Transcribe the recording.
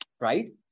Right